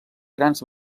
grans